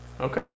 Okay